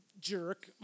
jerk